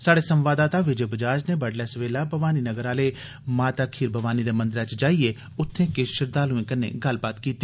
स्हाड़े संवाददाता विजय बजाज नै बड्डलै सवेला भवानी नगर आहले माता खीर भवानी दे मंदरै च जाइयै उत्थें किश श्रद्वाल्एं कन्नै गल्लबात कीती